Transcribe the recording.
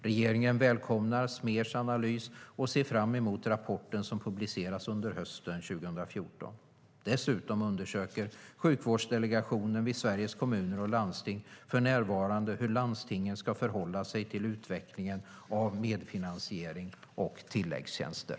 Regeringen välkomnar Smers analys och ser fram emot rapporten som publiceras under hösten 2014. Dessutom undersöker Sjukvårdsdelegationen vid Sveriges Kommuner och Landsting för närvarande hur landstingen ska förhålla sig till utvecklingen av medfinansiering och tilläggstjänster.